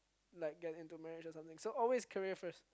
like get into marriage or something so always career first